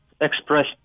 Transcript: express